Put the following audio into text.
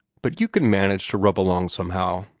but you can manage to rub along somehow.